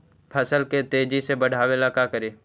फसल के तेजी से बढ़ाबे ला का करि?